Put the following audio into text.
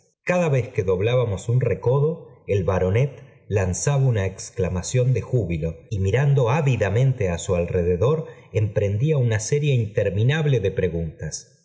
cada vez que doblábamos un recodo el baronet lanzaba una exclamación de júbilo y mirando ávi damente á su alrededor emprendía una serie interv minable de preguntas